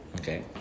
Okay